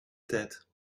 tête